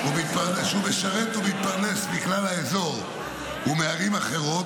שהוא משרת ומתפרנס מכלל האזור ומערים אחרות,